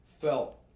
felt